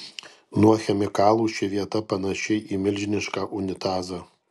nuo chemikalų ši vieta panaši į milžinišką unitazą